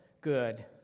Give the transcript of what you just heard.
Good